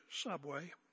subway